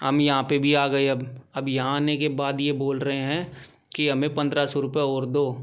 हम यहाँ पर भी आ गए अब अब यहाँ आने के बाद ये बोल रहे हैं कि हमें पंद्रह सौ रूपए और दो